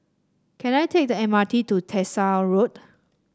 can I take the M R T to Tyersall Road